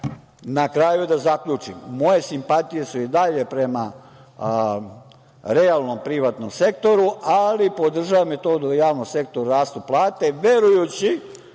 na kraju da zaključim, moje simpatije su i dalje prema realnom privatnom sektoru, ali podržavam i to da u javnom sektoru rastu plate, verujući